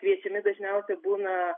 kviečiami dažniausiai būna